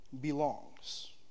belongs